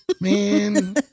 Man